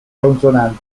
consonanti